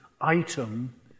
item